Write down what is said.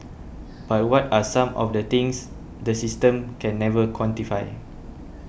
but what are some of the things the system can never quantify